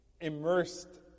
immersed